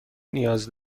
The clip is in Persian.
نیاز